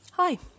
Hi